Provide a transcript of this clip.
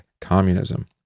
communism